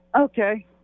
Okay